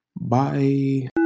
Bye